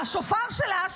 השופר שלה,